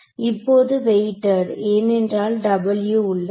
இப்போது வெயிட்டெட் ஏனென்றால் 'W' உள்ளது